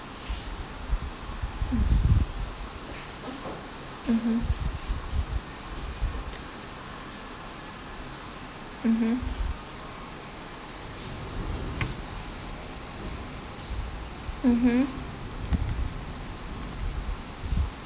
mm mmhmm mmhmm mmhmm